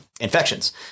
infections